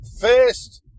first